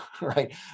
right